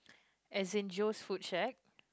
as in Joe's food shack